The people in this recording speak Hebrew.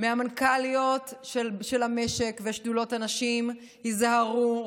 מהמנכ"ליות של המשק ושדולות הנשים: היזהרו,